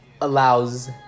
allows